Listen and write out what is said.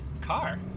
Car